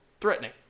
threatening